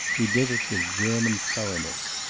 he did it with german thoroughness,